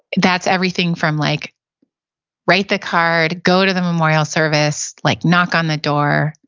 that's everything from like write the card, go to the memorial service, like knock on the door,